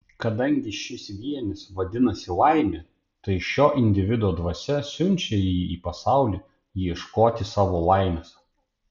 kadangi šis vienis vadinasi laimė tai šio individo dvasia siunčia jį į pasaulį ieškoti savo laimės